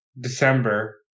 December